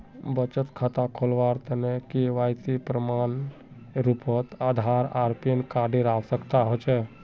बचत खता खोलावार तने के.वाइ.सी प्रमाण एर रूपोत आधार आर पैन कार्ड एर आवश्यकता होचे